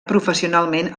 professionalment